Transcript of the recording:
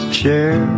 chair